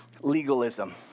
legalism